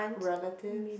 relatives